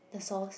the sauce